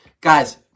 Guys